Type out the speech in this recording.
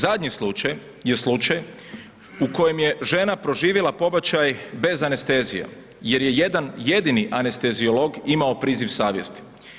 Zadnji slučaj je slučaj u kojem je žena proživjela pobačaj bez anestezije jer je jedan jedini anesteziolog imao priziv savjesti.